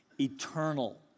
eternal